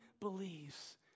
believes